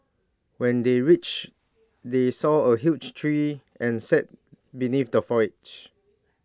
when they reached they saw A huge tree and sat beneath the foliage